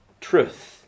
truth